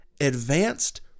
Advanced